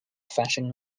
fashion